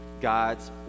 God's